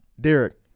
Derek